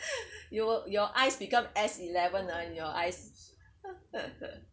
you your eyes become S eleven ah in your eyes